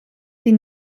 die